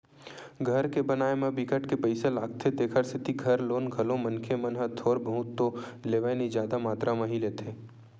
घर के बनाए म बिकट के पइसा लागथे तेखर सेती घर लोन घलो मनखे मन ह थोर बहुत तो लेवय नइ जादा मातरा म ही लेथे